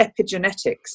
epigenetics